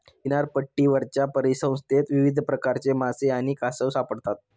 किनारपट्टीवरच्या परिसंस्थेत विविध प्रकारचे मासे आणि कासव सापडतात